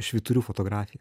švyturių fotografija